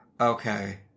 okay